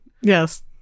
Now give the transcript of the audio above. Yes